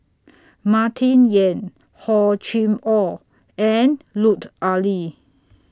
Martin Yan Hor Chim Or and Lut Ali